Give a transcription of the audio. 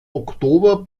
oktober